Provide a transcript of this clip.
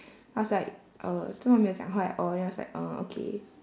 I was like uh 怎么没有讲话 at all then I was like uh okay